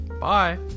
Bye